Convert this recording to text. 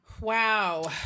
Wow